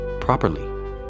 properly